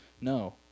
No